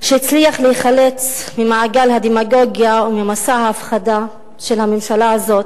שהצליח להיחלץ ממעגל הדמגוגיה או ממסע ההפרדה של הממשלה הזאת,